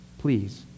Please